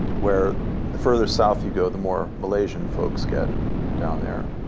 where the further south you go, the more malaysian folks get down there.